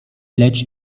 lecz